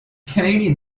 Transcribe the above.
canadian